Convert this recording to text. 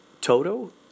Toto